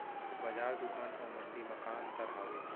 बजार, दुकान अऊ मंडी मा का अंतर हावे?